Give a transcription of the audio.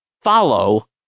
follow